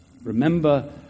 Remember